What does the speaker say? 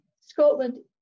Scotland